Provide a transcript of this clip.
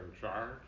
charge